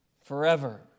forever